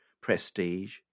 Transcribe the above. prestige